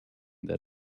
that